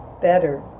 better